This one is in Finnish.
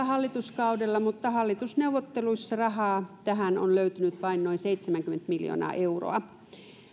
hallituskaudella mutta hallitusneuvotteluissa rahaa tähän on löytynyt vain noin seitsemänkymmentä miljoonaa euroa